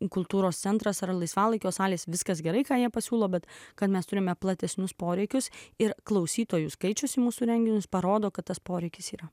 kultūros centras ar laisvalaikio salės viskas gerai ką jie pasiūlo bet kad mes turime platesnius poreikius ir klausytojų skaičius į mūsų renginius parodo kad tas poreikis yra